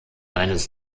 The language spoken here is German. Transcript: eines